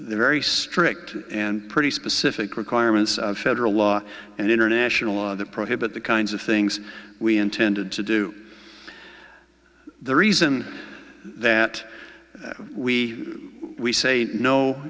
very strict and pretty specific requirements of federal law and international law that prohibit the kinds of things we intended to do the reason that we we say no